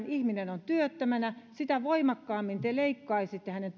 ihminen on työttömänä sitä voimakkaammin te leikkaisitte hänen